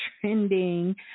trending